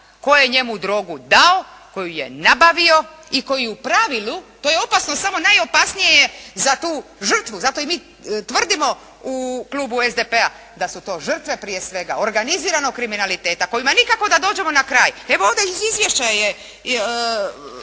tko je njemu drogu dao, tko ju je nabavio i koji u pravilu, to je opasno samo najopasnije je za tu žrtvu. Zato i mi tvrdimo u Klubu SDP-a da su to žrtve prije svega organiziranog kriminaliteta kojima nikako da dođemo na kraj. Evo ovdje iz izvješća je